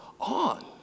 on